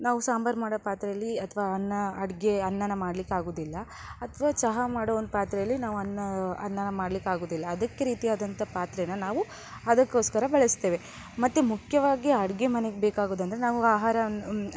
ನಾವು ಸಾಂಬಾರು ಮಾಡೋ ಪಾತ್ರೆಯಲ್ಲಿ ಅಥ್ವಾ ಅನ್ನ ಅಡುಗೆ ಅನ್ನನ ಮಾಡ್ಲಿಕ್ಕಾಗೋದಿಲ್ಲ ಅಥ್ವಾ ಚಹಾ ಮಾಡೋ ಒಂದು ಪಾತ್ರೆಯಲ್ಲಿ ನಾವು ಅನ್ನ ಅನ್ನನ ಮಾಡ್ಲಿಕ್ಕಾಗೋದಿಲ್ಲ ಅದಕ್ಕೆ ರೀತಿಯಾದಂಥ ಪಾತ್ರೆನ ನಾವು ಅದಕೋಸ್ಕರ ಬಳಸ್ತೇವೆ ಮತ್ತು ಮುಖ್ಯವಾಗಿ ಅಡುಗೆ ಮನೆಗೆ ಬೇಕಾಗೋದಂದ್ರೆ ನಾವು ಆಹಾರವನ್ನು